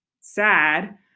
sad